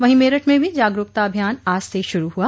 वहीं मेरठ में भो जागरूकता अभियान आज से शुरू हुआ